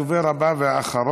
הדובר הבא והאחרון,